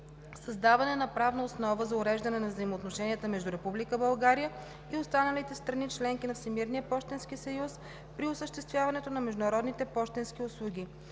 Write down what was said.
създаване на правна основа за уреждане на взаимоотношенията между Република България и останалите страни – членки на Всемирния пощенски съюз, при осъществяването на международните пощенски услуги;